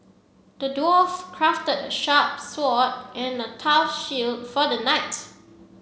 the dwarf crafted a sharp sword and a tough shield for the knight